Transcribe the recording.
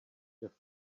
your